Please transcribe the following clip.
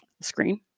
screen